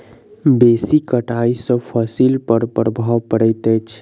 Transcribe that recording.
बेसी कटाई सॅ फसिल पर प्रभाव पड़ैत अछि